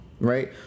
Right